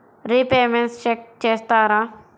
Repayments check చేస్తారా?